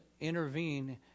intervene